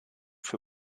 für